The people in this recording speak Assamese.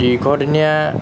দীৰ্ঘদিনীয়া